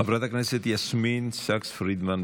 חברת הכנסת יסמין פרידמן,